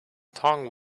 tongue